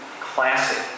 classic